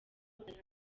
hagati